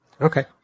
Okay